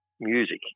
music